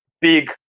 big